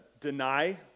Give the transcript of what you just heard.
deny